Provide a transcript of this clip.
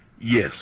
yes